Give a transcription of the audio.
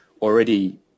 Already